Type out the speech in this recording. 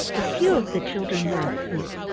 a few of the children were asleep,